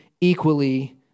equally